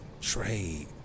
trade